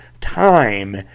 time